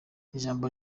ijambo